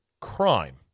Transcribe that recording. crime